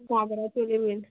घागरा चोली बीन